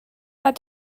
had